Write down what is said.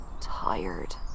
Tired